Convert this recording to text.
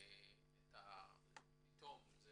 אכן יש